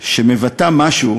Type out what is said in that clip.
שמבטאה משהו